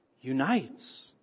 unites